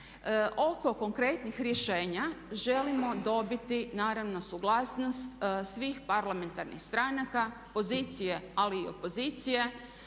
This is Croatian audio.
Oko konkretnih rješenja želimo dobiti naravno suglasnost svih parlamentarnih stranaka, pozicije ali i opozicije.